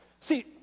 See